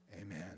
Amen